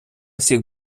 всіх